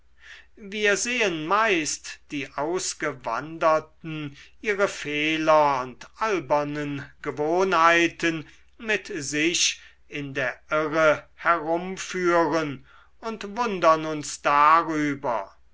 wir sehen meist die ausgewanderten ihre fehler und albernen gewohnheiten mit sich in der irre herumführen und wundern uns darüber